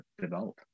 develop